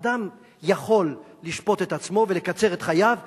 אדם יכול לשפוט את עצמו ולקצר את חייו מסיבות,